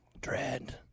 Dread